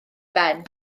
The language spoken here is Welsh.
ben